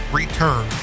return